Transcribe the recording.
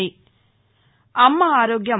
అమ్మ ఆరోగ్యం